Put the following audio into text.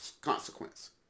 consequence